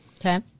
Okay